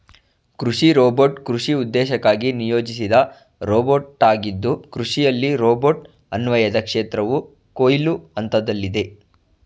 ಕೃಷಿ ರೋಬೋಟ್ ಕೃಷಿ ಉದ್ದೇಶಕ್ಕಾಗಿ ನಿಯೋಜಿಸಿದ ರೋಬೋಟಾಗಿದ್ದು ಕೃಷಿಯಲ್ಲಿ ರೋಬೋಟ್ ಅನ್ವಯದ ಕ್ಷೇತ್ರವು ಕೊಯ್ಲು ಹಂತದಲ್ಲಿದೆ